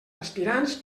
aspirants